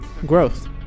Growth